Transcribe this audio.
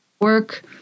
work